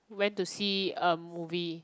went to see a movie